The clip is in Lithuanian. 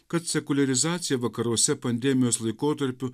kad sekuliarizacija vakaruose pandemijos laikotarpiu